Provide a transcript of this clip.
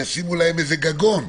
ישימו להם איזה גגון.